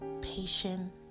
patient